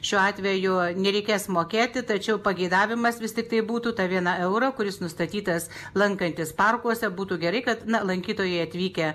šiuo atveju nereikės mokėti tačiau pageidavimas vis tiktai būtų tą vieną eurą kuris nustatytas lankantis parkuose būtų gerai kad lankytojai atvykę